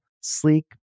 sleek